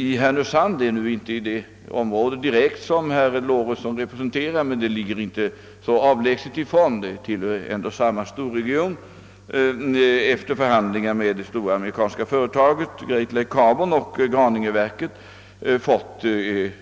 I Härnösand — som inte direkt hör till det område som herr Lorentzon representerar men som inte heller ligger så långt avlägset därifrån; staden tillhör ändå samma storregion — har vi efter förhandlingar med det stora amerikanska företaget Great Lake Carbon och Graningeverken nått ett